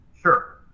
Sure